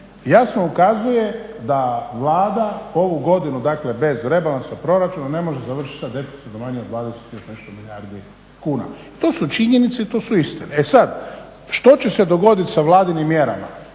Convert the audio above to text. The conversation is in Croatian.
jasno ukazuje da Vlada ovu godinu, dakle bez rebalansa proračuna ne može završiti sa deficitom manjim od 20 i još nešto milijardi kuna. To su činjenice i to su istine. E sad, što će se dogoditi sa vladinim mjerama,